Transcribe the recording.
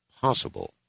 possible